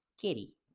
Kitty